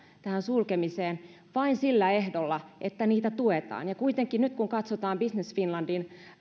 tähän sulkemiseen lähdetään vain sillä ehdolla että niitä tuetaan kuitenkin nyt kun katsotaan business finlandin